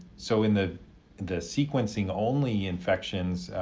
so in the the sequencing only infections,